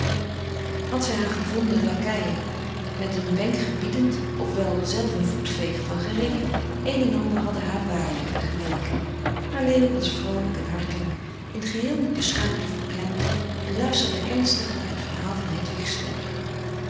had zij haar gevonden lakeien met een wenk gebiedend of wel zelf een voetveeg van geringen een en ander hadde haar waardiger geleken maar leo was vroolijk en hartelijk in t geheel niet beschaamd of beklemd en luisterde ernstig naar het verhaal van hedwigs zorgen